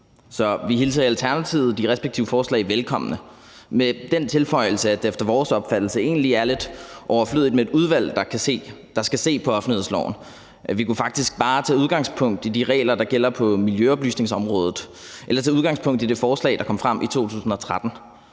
Så i Alternativet hilser vi de respektive forslag velkommen med den tilføjelse, at det efter vores opfattelse egentlig er lidt overflødigt med et udvalg, der skal se på offentlighedsloven. Vi kunne faktisk bare tage udgangspunkt i de regler, der gælder på miljøoplysningsområdet, eller tage udgangspunkt i det forslag, der kom frem i 2013.